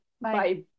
Bye